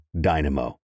dynamo